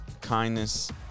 kindness